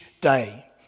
day